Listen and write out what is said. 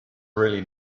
really